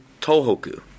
Tohoku